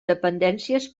dependències